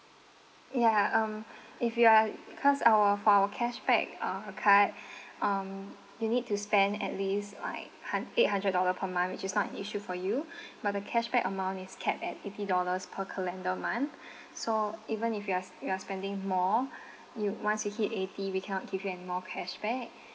yeah um if you are because our for our cashback uh card um you need to spend at least like hun~ eight hundred dollar per month which is not an issue for you but the cashback amount is capped at eighty dollars per calendar month so even if you are you are spending more you once you hit eighty we cannot give you any more cash back